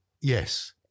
Yes